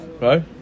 right